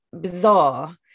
bizarre